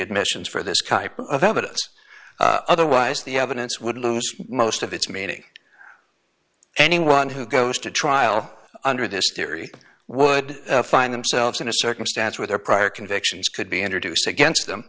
admissions for this kind of evidence otherwise the evidence would lose most of its meaning anyone who goes to trial under this theory would find themselves in a circumstance where their prior convictions could be introduced against